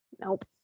Nope